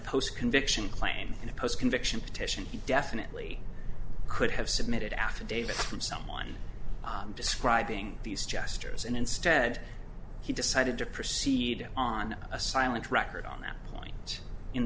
post conviction claim in a post conviction petition he definitely could have submitted affidavits from someone describing these gestures and instead he decided to proceed on a silent record on that point in